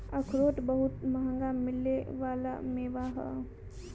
अखरोट बहुते मंहगा मिले वाला मेवा ह